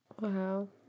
Wow